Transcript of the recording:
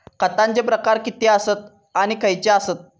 खतांचे प्रकार किती आसत आणि खैचे आसत?